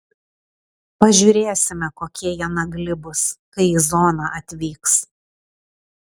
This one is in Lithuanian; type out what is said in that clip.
pažiūrėsime kokie jie nagli bus kai į zoną atvyks